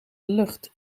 lucht